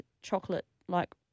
chocolate-like